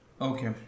okay